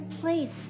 please